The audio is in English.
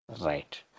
Right